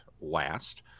last